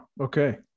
okay